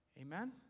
Amen